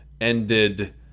ended